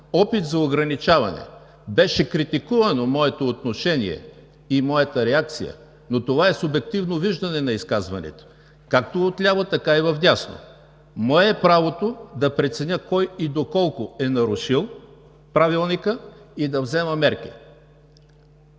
опит за ограничаване. Беше критикувано моето отношение и моята реакция, но това е субективно виждане на изказващите се както отляво, така и вдясно. Мое е правото да преценя кой и доколко е нарушил Правилника и да взема мерки.